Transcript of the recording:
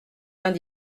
vingt